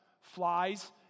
flies